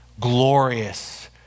glorious